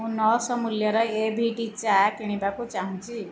ମୁଁ ନଅ ଶହ ମୂଲ୍ୟର ଏ ଭି ଟି ଚାହା କିଣିବାକୁ ଚାହୁଁଛି